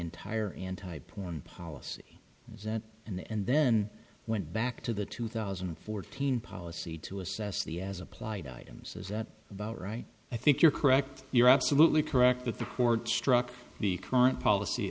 entire anti porn policy that and then went back to the two thousand and fourteen policy to assess the as applied items is that about right i think you're correct you're absolutely correct but the court struck the current policy